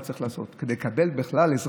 ובכלל מה צריך לעשות כדי לקבל אזרחות.